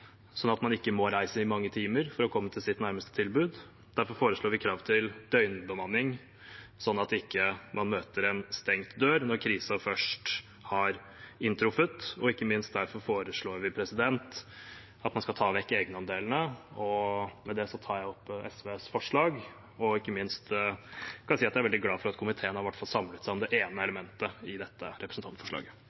sånn at man ikke må reise i mange timer for å komme til sitt nærmeste tilbud. Derfor foreslår vi krav til døgnbemanning, sånn at man ikke møter en stengt dør når krisen først har inntruffet. Og ikke minst: Derfor foreslår vi at man skal ta vekk egenandelene. Med det tar jeg opp SVs forslag. Jeg vil ikke minst si at jeg er veldig glad for at komiteen i hvert fall har samlet seg om det ene elementet i dette representantforslaget.